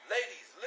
Ladies